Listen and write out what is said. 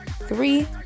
three